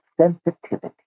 sensitivity